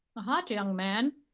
a hot young man,